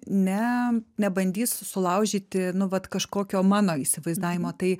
ne nebandys sulaužyti nu vat kažkokio mano įsivaizdavimo tai